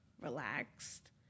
relaxed